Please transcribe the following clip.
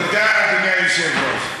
תודה, אדוני היושב-ראש.